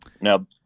Now